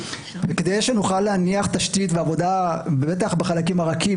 וכדי שנוכל להניח תשתית ועבודה אנחנו בחלקים הרכים